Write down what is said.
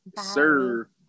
sir